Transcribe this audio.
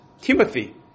Timothy